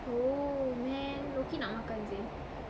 oh man low key nak makan seh